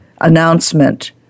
announcement